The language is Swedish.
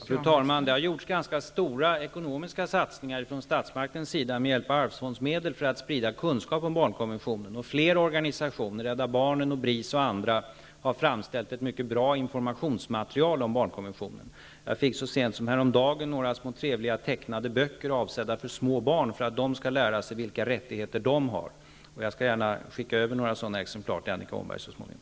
Fru talman! Det har gjorts ganska stora ekonomiska satsningar från statsmakternas sida, med hjälp av arvsfondsmedel, för att sprida kunskap om barnkonventionen. Flera organisationer -- Rädda barnen, BRIS och andra -- har framställt ett mycket bra informationsmaterial om barnkonventionen. Jag fick så sent som häromdagen några trevliga tecknade böcker, avsedda för små barn, för att de skall lära sig vilka rättigheter de har. Jag skall gärna skicka över några exemplar till Annika Åhnberg så småningom.